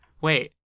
Wait